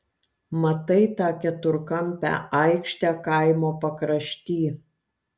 matai tą keturkampę aikštę kaimo pakrašty